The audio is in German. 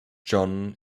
john